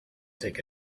take